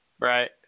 Right